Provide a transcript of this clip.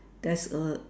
there's a